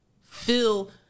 feel